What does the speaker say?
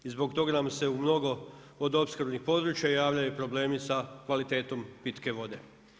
I zbog toga nam se u mnogo vodoopskrbnih područja javljaju problemi sa kvalitetom pitke vode.